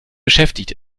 beschäftigt